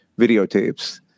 videotapes